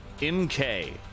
MK